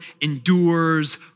endures